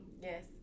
Yes